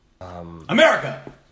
America